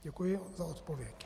Děkuji za odpověď.